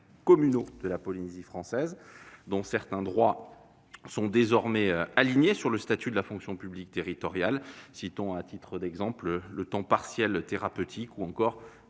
communaux de Polynésie française, dont certains droits sont désormais alignés sur le statut de la fonction publique territoriale. Citons, à titre d'exemple, le temps partiel thérapeutique ou encore